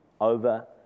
over